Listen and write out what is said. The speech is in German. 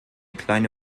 kleine